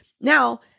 Now